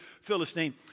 Philistine